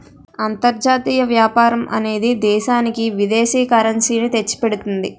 అంతర్జాతీయ వ్యాపారం అనేది దేశానికి విదేశీ కరెన్సీ ని తెచ్చిపెడుతుంది